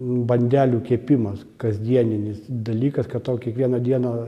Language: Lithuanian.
bandelių kepimas kasdieninis dalykas kad tau kiekvieną dieną